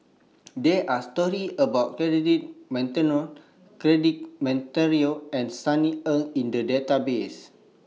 There Are stories about Cedric Monteiro Cedric Monteiro and Sunny Ang in The Database